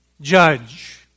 judge